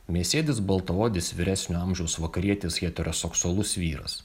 mėsėdis baltaodis vyresnio amžiaus vakarietis heteroseksualus vyras